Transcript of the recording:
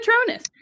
patronus